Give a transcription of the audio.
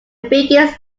biggest